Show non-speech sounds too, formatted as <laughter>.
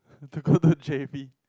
<breath> have to go to j_b